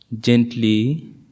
Gently